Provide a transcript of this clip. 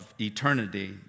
Eternity